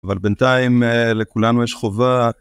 אבל בינתיים, לכולנו יש חובה...